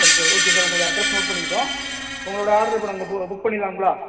சரி sir okay sir உங்களுடைய address note பண்ணிக்கிட்டோம் உங்களோட ஆடரை இப்போ நாங்கள் பு புக் பண்ணிடலாங்களா